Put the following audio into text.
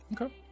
okay